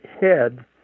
head